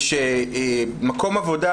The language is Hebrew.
ושמקום עבודה,